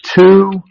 two